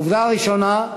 עובדה ראשונה,